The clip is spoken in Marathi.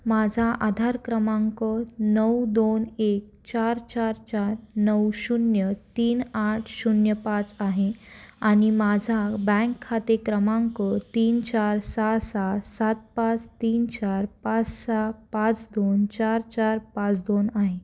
माझा आधार क्रमांक नऊ दोन एक चार चार चार नऊ शून्य तीन आठ शून्य पाच आहे आणि माझा बँक खाते क्रमांक तीन चार सहा सहा सात पाच तीन चार पाच सहा पाच दोन चार चार पाच दोन आहे